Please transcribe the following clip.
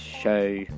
show